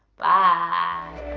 bye